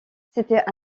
c’était